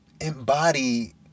embody